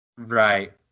Right